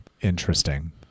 Interesting